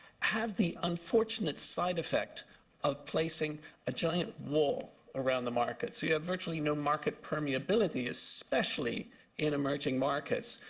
have the unfortunate side effect of placing a giant wall around the market. so you have virtually no market permeability, especially in emerging markets.